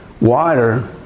water